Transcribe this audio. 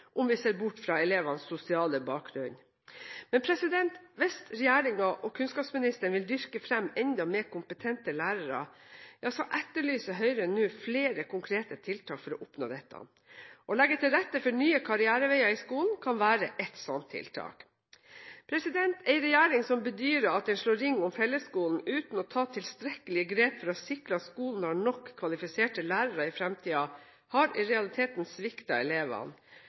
om vi ser bort fra elevenes sosiale bakgrunn. Men hvis regjeringen og kunnskapsministeren vil dyrke fram enda mer kompetente lærere, etterlyser Høyre nå flere konkrete tiltak for å oppnå dette. Å legge til rette for nye karriereveier i skolen kan være ett slikt tiltak. En regjering som bedyrer at den slår ring om fellesskolen, uten å ta tilstrekkelige grep for sikre at skolen har nok kvalifiserte lærere i fremtiden, har i realiteten sviktet elevene.